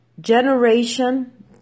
generation